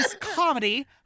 comedy